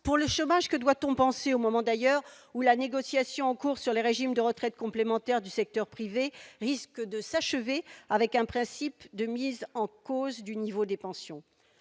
pour le chômage, que doit-on penser au moment d'ailleurs où la négociation en cours sur les régimes de retraites complémentaires du secteur privé risque de s'achever avec un principe de mise en cause du niveau des pensions,